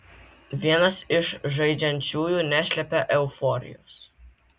vienas iš žaidžiančiųjų neslepia euforijos